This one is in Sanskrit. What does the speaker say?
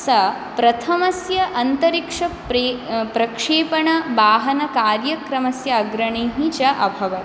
सः प्रथमस्य अन्तरिक्ष प्रे प्रक्षेपणवाहनकार्यक्रमस्य अग्रणीः च अभवत्